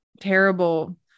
terrible